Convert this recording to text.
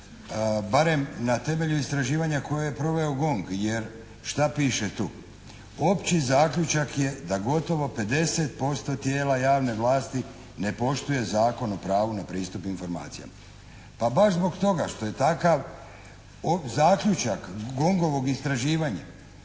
barem na temelju istraživanja koje je proveo «GONG» jer šta piše tu? Opći zaključka je da gotovo 50% tijela javne vlasti ne poštuje Zakon o pravu na pristup informacijama. Pa baš zbog toga što je takav zaključak «GONG-ovog» istraživanja